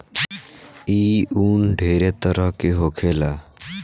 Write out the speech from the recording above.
ई उन ढेरे तरह के होखेला